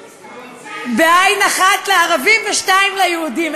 בעין אחת לערבים ושתיים ליהודים.